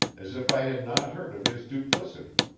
as if i had not heard of his duplicity,